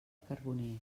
carboner